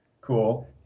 cool